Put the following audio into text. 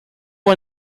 one